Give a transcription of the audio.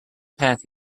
path